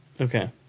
Okay